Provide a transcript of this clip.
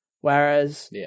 whereas